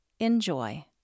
enjoy